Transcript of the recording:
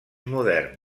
moderns